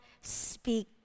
speak